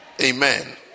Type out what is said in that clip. Amen